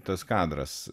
tas kadras